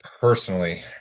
personally